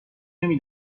نمی